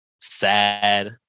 sad